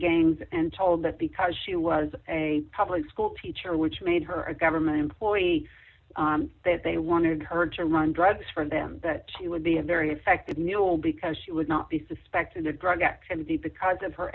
gangs and told that because she was a public school teacher which made her a government employee that they wanted her to run drugs for them that she would be a very effective newel because she would not be suspected of drug activity because of her